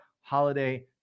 holiday